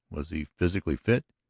was he physically fit?